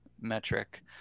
metric